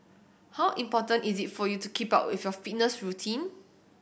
how important is it for you to keep up with your fitness routine